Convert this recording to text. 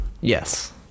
Yes